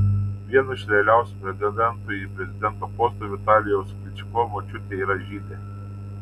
vieno iš realiausių pretendentų į prezidento postą vitalijaus klyčko močiutė yra žydė